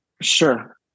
Sure